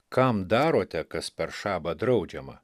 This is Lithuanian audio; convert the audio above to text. kam darote kas per šabą draudžiama